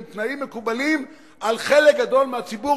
תנאים מקובלים על חלק גדול מהציבור,